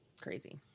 crazy